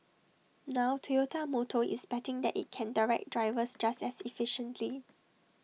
now Toyota motor is betting that IT can direct drivers just as efficiently